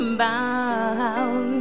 bound